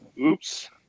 Oops